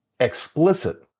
explicit